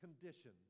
condition